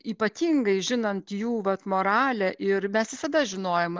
ypatingai žinant jų vat moralę ir mes visada žinojom